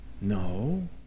No